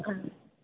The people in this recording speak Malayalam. അ